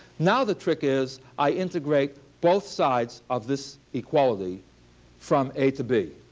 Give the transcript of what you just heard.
now the trick is i integrate both sides of this equality from a to b.